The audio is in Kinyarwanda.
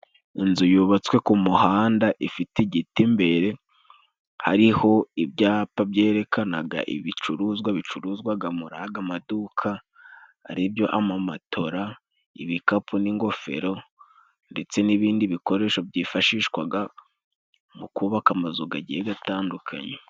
inzu yubatswe ku muhanda ifite igiti imbere, hariho ibyapa byerekanaga ibicuruzwa bicuruzwaga muri aga maduka aribyo: amamotora, ibikapu n'ingofero ndetse n'ibindi bikoresho byifashishwaga mu kubaka amazu gagiye gatandukanye.